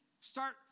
start